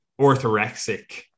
orthorexic